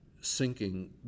sinking